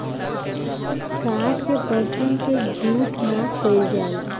काठ के बरतन के जूठ ना कइल जाला